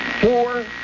Four